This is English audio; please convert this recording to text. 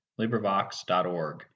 LibriVox.org